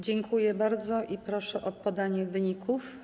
Dziękuję bardzo i proszę o podanie wyników.